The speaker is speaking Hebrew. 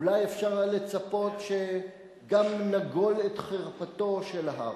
אולי אפשר היה לצפות שגם נגול את חרפתו של ההר.